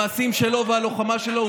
המעשים שלו והלוחמה שלו.